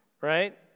right